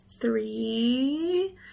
three